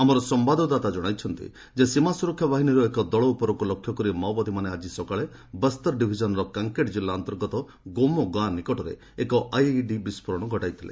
ଆମର ସମ୍ଭାଦଦାତା ଜଣାଇଛନ୍ତି ସୀମା ସୁରକ୍ଷା ବାହିନୀର ଏକ ଦଳ ଉପରକୁ ଲକ୍ଷ୍ୟ କରି ମାଓବାଦୀମାନେ ଆଜି ସକାଳେ ବସ୍ତର ଡିଭିଜନ୍ର କାଙ୍କେଡ୍ କିଲ୍ଲା ଅନ୍ତର୍ଗତ ଗୋମୋ ଗାଁ ନିକଟରେ ଏକ ଆଇଇଡି ବିସ୍ଫୋରଣ କରାଇଥିଲେ